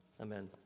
Amen